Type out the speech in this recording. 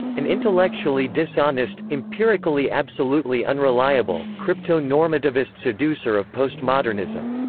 an intellectually dishonest, empirically absolutely unreliable, crypto-normativist seducer of postmodernism.